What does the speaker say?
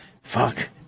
Fuck